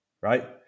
right